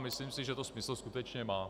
Myslím si, že to smysl skutečně má.